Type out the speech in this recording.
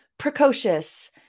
precocious